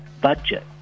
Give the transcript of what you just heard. budget